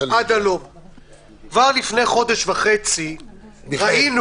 כבר לפני חודש וחצי ראינו